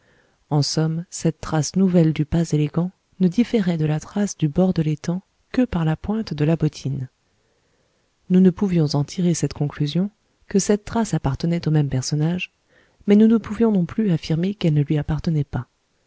en somme cette trace nouvelle du pas élégant ne différait de la trace du bord de l'étang que par la pointe de la bottine nous ne pouvions en tirer cette conclusion que cette trace appartenait au même personnage mais nous ne pouvions non plus affirmer qu'elle ne lui appartenait pas